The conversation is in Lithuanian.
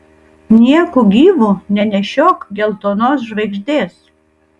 nieku gyvu nenešiok geltonos žvaigždės